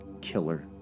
killer